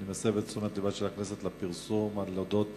אני מסב את תשומת לבה של הכנסת לפרסום על אודות